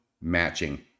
matching